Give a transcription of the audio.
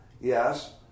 Yes